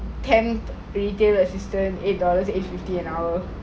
tenth retail assistant eight dollars eight fifty an hour